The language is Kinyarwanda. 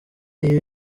iyo